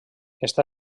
està